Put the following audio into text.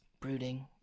brooding